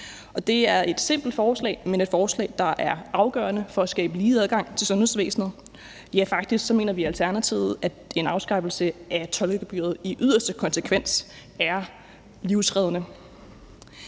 det er et simpelt forslag, men også et forslag, der er afgørende for at skabe en lige adgang til sundhedsvæsenet. Ja, faktisk mener vi i Alternativet, at en afskaffelse af tolkegebyret i yderste konsekvens er livsreddende.